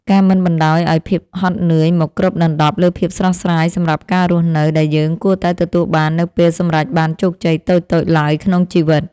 ការមិនបណ្ដោយឱ្យភាពហត់នឿយមកគ្របដណ្ដប់លើភាពស្រស់ស្រាយសម្រាប់ការរស់នៅដែលយើងគួរតែទទួលបាននៅពេលសម្រេចបានជោគជ័យតូចៗឡើយក្នុងជីវិត។